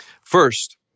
First